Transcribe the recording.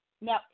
Now